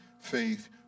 faith